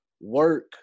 work